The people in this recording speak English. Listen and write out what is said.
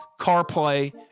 CarPlay